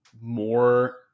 more